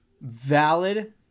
Valid